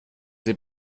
sie